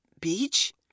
beach